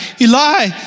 Eli